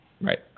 Right